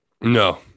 No